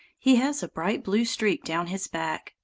he has a bright blue streak down his back,